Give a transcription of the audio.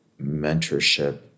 mentorship